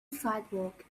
sidewalk